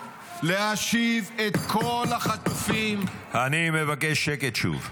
להשיב את כל החטופים -- אני מבקש שקט שוב.